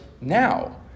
now